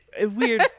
weird